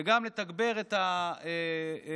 וגם לתגבר את המרכזים